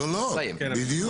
גדולות, בדיוק.